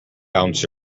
ounce